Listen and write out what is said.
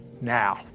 Now